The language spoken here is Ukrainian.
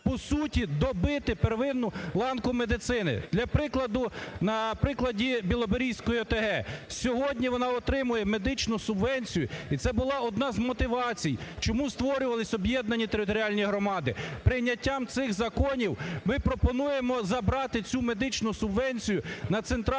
по суті "добити" первинну ланку медицини. На прикладі Білоберізької ОТГ, сьогодні вона отримує медичну субвенцію. І це була одна з мотивацій, чому створювались об'єднані територіальні громади. Прийняттям цих законів ми пропонуємо забрати цю медичну субвенцію на центральний